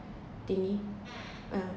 thingy uh